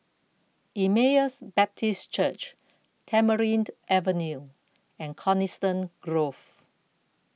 Emmaus Baptist Church Tamarind Avenue and Coniston Grove